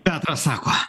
petras sako